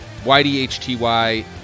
ydhty